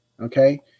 okay